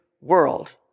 world